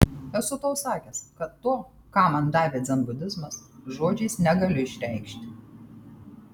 esu tau sakęs kad to ką man davė dzenbudizmas žodžiais negaliu išreikšti